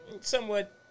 somewhat